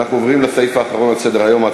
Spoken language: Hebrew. אנחנו עוברים לסעיף האחרון על סדר-היום: